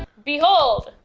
behold!